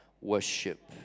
worship